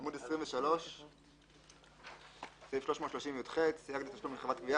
עמ' 23, סעיף 330יח סייג לתשלום לחברת גבייה.